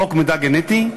חוק מידע גנטי.